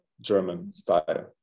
German-style